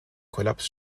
kollaps